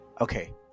Okay